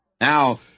Now